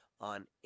on